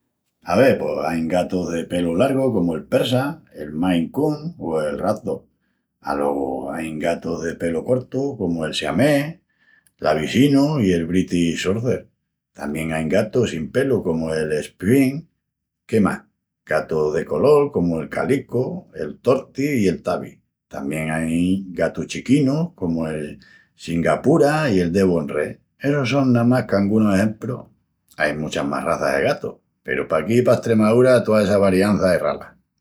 Ave, pos ain gatus de pelu largu comu'l persa, el maine coon o el ragdoll. Alogu ain gatus de pelu cortu comu'l siamés, l'abissinu i el british shorthair. Tamién ain gatus sin pelu comu'l sphynx. Qué más? Gatus de colol comu'l Calico, el Tortie i el Tabby. Tamién ain gatus chiquinus comu'l Singapura i el Devon Rex. Essus son namás qu'angunus exemprus, ai muchas más razas de gatus. Peru paquí pa Estremaúra toa essa variança es rala.